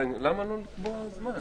למה לא לקבוע זמן?